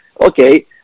Okay